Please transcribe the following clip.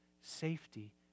safety